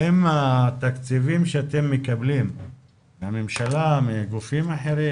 האם התקציבים שאתם מקבלים מהממשלה ומגופים אחרים,